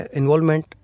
involvement